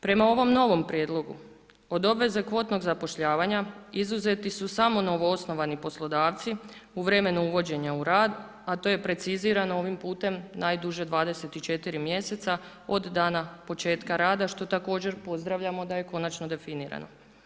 Prema ovom novom prijedlogu, od obveze kvotnog zapošljavanja, izuzeti su samo novoosnovani poslodavci u vremenu uvođenja u rad, a to je precizirano ovim putem najduže 24 mjeseca od dana početka rada, što također pozdravljamo da je konačno definirano.